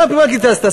במה קיצצת?